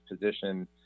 position